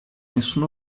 nessun